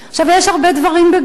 יש הרבה דברים בגו.